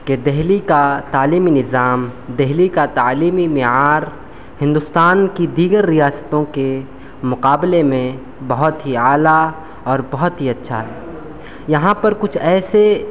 کہ دہلی کا تعلیمی نظام دہلی کا تعلیمی معیار ہندوستان کی دیگر ریاستوں کے مقابلے میں بہت ہی اعلیٰ اور بہت ہی اچھا ہے یہاں پر کچھ ایسے